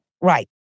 Right